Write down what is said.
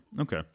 okay